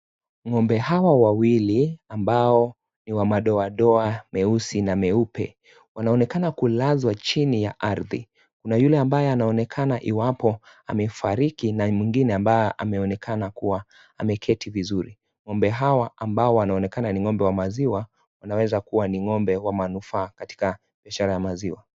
Ngombe hawa wawili ambao ni wama doa doa, meusi na meupe, wanaonekana kulazu wa chini ya arthi. Una yule amba ya naonekana iwapo hamefariki na imungini ambaa hameonekana kuwa hameketi vizuli. Ngombe hawa ambao wanaonekana ni ngombe wa maziwa, wanaweza kuwa ni ngombe wa manufa katika mishari ya maziwa.